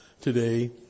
today